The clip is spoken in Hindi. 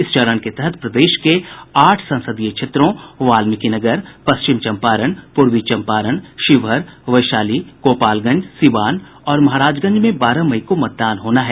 इस चरण के तहत प्रदेश के आठ संसदीय क्षेत्रों वाल्मिकीनगर पश्चिम चम्पारण पूर्वी चम्पारण शिवहर वैशाली गोपालगंज सीवान और महाराजगंज में बारह मई को मतदान होना है